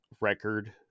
record